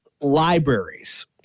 libraries